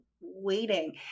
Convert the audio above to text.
waiting